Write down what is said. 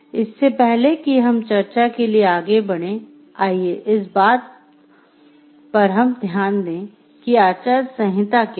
इससे पहले कि हम चर्चा के लिए आगे बढ़ें आइए इस बात हम ध्यान दें कि आचार संहिता क्या है